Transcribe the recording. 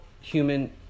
human